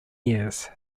years